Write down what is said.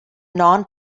non